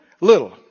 little